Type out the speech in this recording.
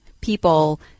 people